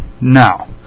now